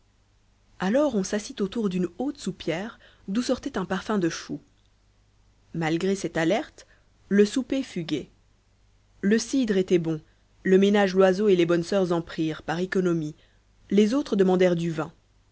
alors on s'assit autour d'une haute soupière d'où sortait un parfum de choux malgré cette alerte le souper fut gai le cidre était bon le ménage loiseau et les bonnes soeurs en prirent par économie les autres demandèrent du vin